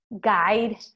guide